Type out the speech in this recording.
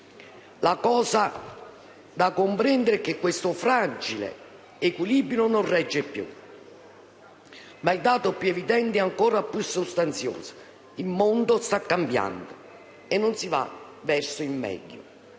La cosa da comprendere è che questo fragile equilibrio non regge più. Ma il dato più evidente è uno ancor più sostanzioso: il mondo sta cambiando e non si va verso il meglio.